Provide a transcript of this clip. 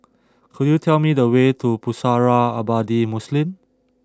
could you tell me the way to Pusara Abadi Muslim